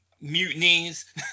mutinies